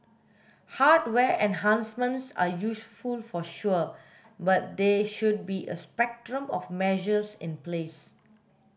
hardware enhancements are useful for sure but there should be a spectrum of measures in place